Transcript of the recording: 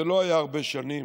זה לא היה הרבה שנים,